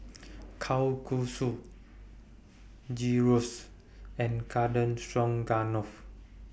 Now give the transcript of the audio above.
Kalguksu Gyros and Garden Stroganoff